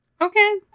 Okay